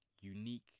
unique